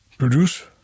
Produce